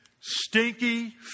stinky